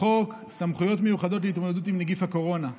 חוק סמכויות מיוחדות להתמודדות עם נגיף הקורונה,